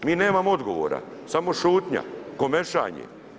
Mi nemamo odgovora, samo šutnja, komešanje.